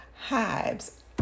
hives